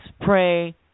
pray